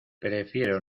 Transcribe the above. prefiero